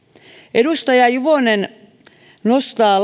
edustaja juvonen nostaa